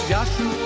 Yashu